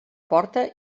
porta